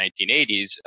1980s